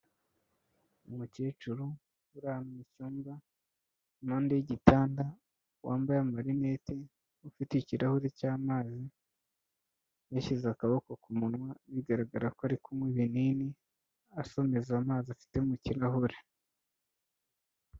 Umukecuru uri ahantu mu cyumba, impane y'igitanda, wambaye amarinete, ufite ikirahuri cy'amazi, yashyize akaboko ku munwa, bigaragara ko ari kunywa ibinini, asomeza amazi afite mu kirahure.